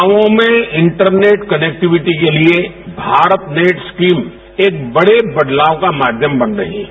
गांवों में internet connectivity के लिए भारत नेट स्कीम एक बड़े बदलाव का माध्यम बन रही है